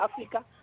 Africa